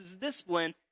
discipline